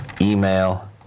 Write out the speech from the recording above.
email